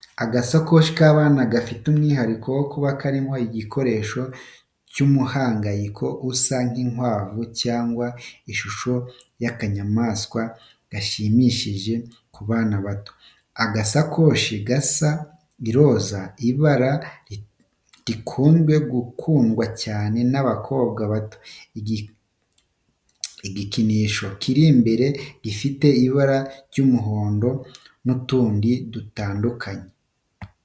Agasakoshi k'abana gafite umwihariko wo kuba karimo igikinisho cy'umuhangayiko usa n'inkwavu cyangwa ishusho y'akanyamanswa gashimishije ku bana bato. Agasakoshi gasa iroza, ibara rikunze gukundwa cyane n’abakobwa bato. Igikinisho kiri imbere gifite ibara ry’umuhondo n’utundi dutandukanye.